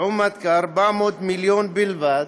לעומת כ-400 מיליון בלבד